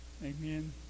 Amen